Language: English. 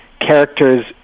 characters